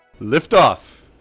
Liftoff